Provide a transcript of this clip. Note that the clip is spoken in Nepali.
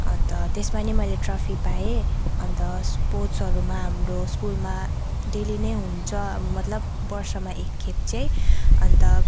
अन्त त्यसमा नि मैले ट्रफी पाएँ अन्त स्पोर्ट्सहरूमा हाम्रो स्कुलमा डेली नै हुन्छ मतलब वर्षमा एकखेप चाहिँ अन्त